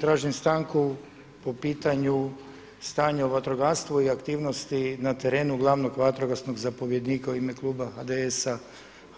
Tražim stanku po pitanju stanja u vatrogastvu i aktivnosti na terenu glavnog vatrogasnog zapovjednika u ime kluba HDS-a,